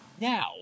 Now